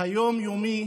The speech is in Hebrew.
היום-יומי